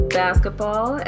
basketball